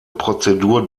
prozedur